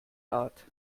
art